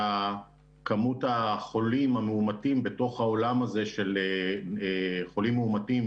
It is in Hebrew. שכמות החולים המאומתים בתוך העולם הזה של חולים מאומתים